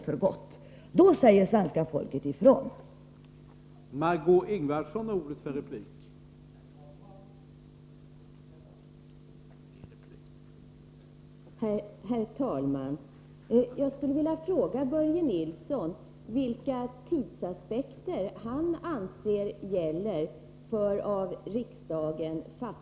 Då säger kanske svenska folket återigen ifrån.